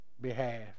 behalf